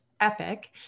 epic